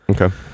Okay